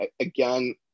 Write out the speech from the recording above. again